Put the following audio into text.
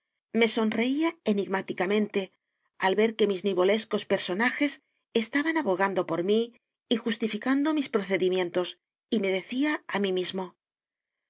me sonreía enigmáticamente al ver que mis nivolescos personajes estaban abogando por mí y justificando mis procedimientos y me decía a mí mismo